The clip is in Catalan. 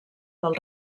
del